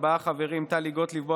ארבעה חברים: טלי גוטליב,